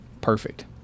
perfect